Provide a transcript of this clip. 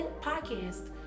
podcast